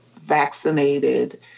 vaccinated